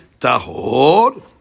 Tahor